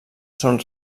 són